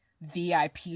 VIP